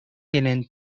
gelen